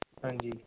ਹਾਂਜੀ